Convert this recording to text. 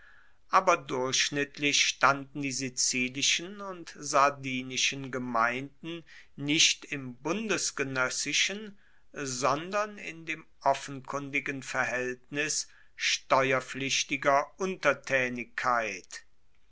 aber durchschnittlich standen die sizilischen und sardinischen gemeinden nicht im bundesgenoessischen sondern in dem offenkundigen verhaeltnis steuerpflichtiger untertaenigkeit